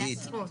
זה רצוי,